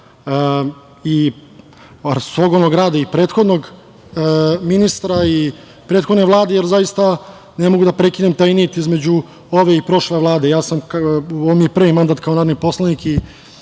i ogromnog rada i prethodnog ministra i prethodne Vlade, jer zaista ne mogu da prekinem taj nit između ove i prošle Vlade. Ovo mi je prvi mandat kao narodni poslanik i